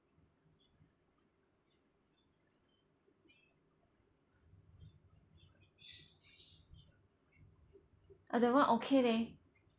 ah that [one] okay leh